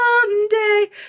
someday